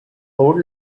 old